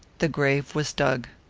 the grave was dug.